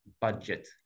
budget